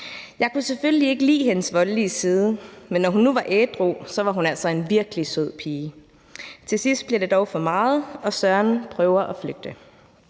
»Jeg kunne selvfølgelig ikke lide hendes voldelige side, men når hun nu var ædru, var hun altså en virkelig sød pige.« Til sidst bliver det dog for meget, og Søren prøver at flygte.